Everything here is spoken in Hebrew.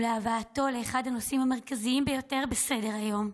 להפיכתו לאחד הנושאים המרכזיים ביותר בסדר-היום.